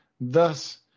Thus